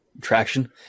traction